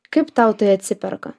kaip tau tai atsiperka